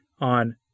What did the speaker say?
on